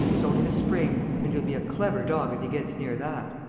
there's only the spring. and he'll be a clever dog if he gets near that.